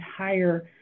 entire